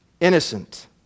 innocent